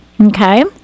okay